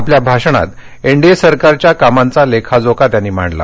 आपल्या भाषणात एनडीए सरकारच्या कामांचा लेखाजोखा त्यांनी मांडला